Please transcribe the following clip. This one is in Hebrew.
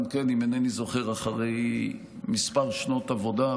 גם כן אחרי כמה שנות עבודה,